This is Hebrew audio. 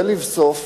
ולבסוף